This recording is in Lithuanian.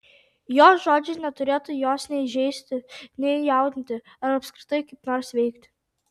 jo žodžiai neturėtų jos nei žeisti nei jaudinti ar apskritai kaip nors veikti